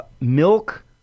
milk